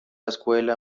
escuela